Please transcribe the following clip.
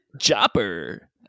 Chopper